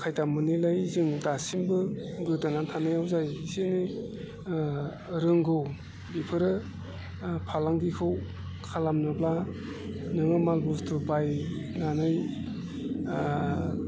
खायदा मोनैलाय जों दासिमबो गोदोना थानायाव जाय एसे रोंगौ बिफोरो फालांगिखौ खालामनोब्ला न'आव माल बुस्थु बायनानै